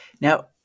Now